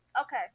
okay